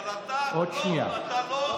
אבל אתה לא הפסקת לצעוק.